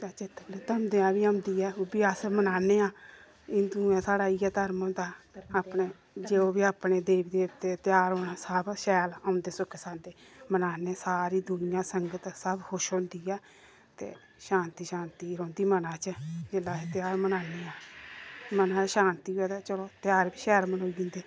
धमदेह् बी औंदी ऐ ओह् बी अस मनाने आं हिंदुऐं दा साढ़ा इ'यै धर्म होंदा अपने जो बी अपने देवी देवतें दा ध्यार होना सब शैल औंदे सुख सांदी मनाने सारे दूनिया संगत सब खुश होंदी ऐ ते शांति शांति रौहंदी मनै च जेल्लै अस ध्यार मनाने आं मनै ई शांति होऐ ते चलो ध्यार बी शैल मनोई दे